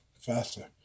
faster